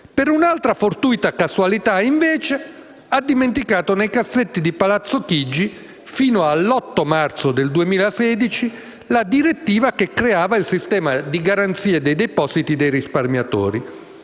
Per un'altra fortuita casualità, invece, ha dimenticato nei cassetti di Palazzo Chigi, fino all'8 marzo 2016, la direttiva che creava il sistema di garanzia dei depositi dei risparmiatori,